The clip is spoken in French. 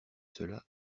cela